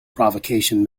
provocation